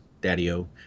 daddy-o